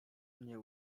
mnie